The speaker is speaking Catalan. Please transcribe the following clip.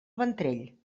ventrell